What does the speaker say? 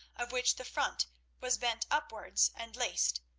of which the front was bent upwards and laced,